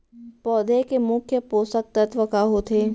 पौधे के मुख्य पोसक तत्व का होथे?